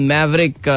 Maverick